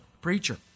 preacher